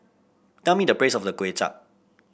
tell me the price of the Kway Chap